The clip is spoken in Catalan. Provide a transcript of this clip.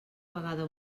vegada